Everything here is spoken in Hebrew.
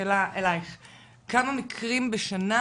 כמה מקרים בשנה